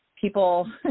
people